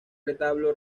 retablo